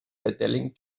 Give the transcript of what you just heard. medaling